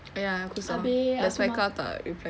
abeh aku mak~